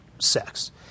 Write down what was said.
sex